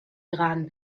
iran